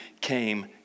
came